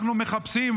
אנחנו מחפשים,